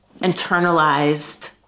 internalized